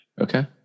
Okay